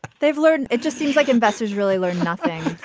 they've learned. it just seems like investors really learned nothing.